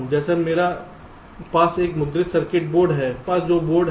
जैसे मेरे पास एक मुद्रित सर्किट बोर्ड है मेरे पास बोर्ड है